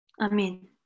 Amen